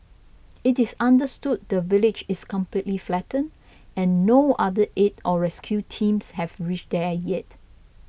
it is understood the village is completely flattened and no other aid or rescue teams have reached there yet